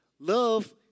Love